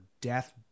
death